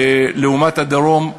לעומת הדרום,